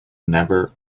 never